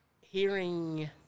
hearing